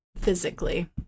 physically